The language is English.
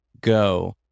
go